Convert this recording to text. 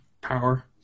power